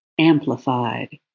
amplified